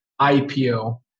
IPO